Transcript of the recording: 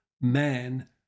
man